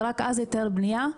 ורק אז היתר בנייה.